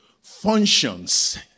functions